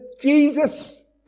Jesus